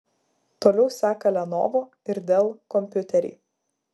toliau seka lenovo ir dell kompiuteriai